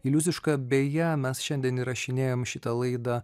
iliuziška beje mes šiandien įrašinėjam šitą laidą